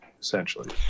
essentially